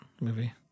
movie